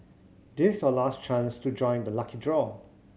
this your last chance to join the lucky draw